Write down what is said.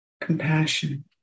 compassion